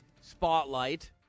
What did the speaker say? spotlight